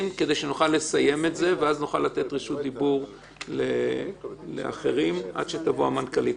שנוכל לסיים את זה ואז נוכל לתת רשות דיבור לאחרים עד שתבוא המנכ"לית.